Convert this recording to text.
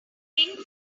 pink